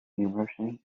university